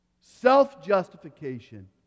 Self-justification